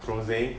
rosae